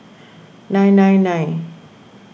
nine nine nine